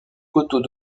côteaux